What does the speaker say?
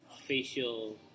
facial